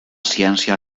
ciència